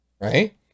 Right